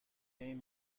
این